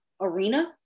arena